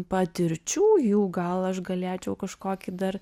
patirčių jų gal aš galėčiau kažkokį dar